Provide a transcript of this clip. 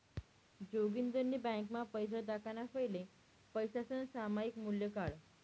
जोगिंदरनी ब्यांकमा पैसा टाकाणा फैले पैसासनं सामायिक मूल्य काढं